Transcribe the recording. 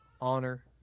Honor